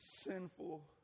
Sinful